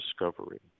discovery